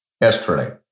yesterday